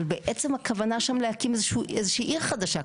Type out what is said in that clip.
אבל בעצם הכוונה שם להקים איזה שהיא עיר חדשה,